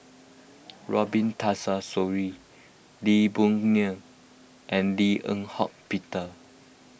Robin Tessensohn Lee Boon Ngan and Lim Eng Hock Peter